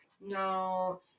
no